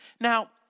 Now